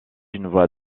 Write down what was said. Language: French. voie